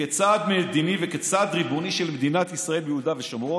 כצעד מדיני וכצעד ריבוני של מדינת ישראל ביהודה ושומרון,